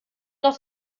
noch